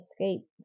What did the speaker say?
escape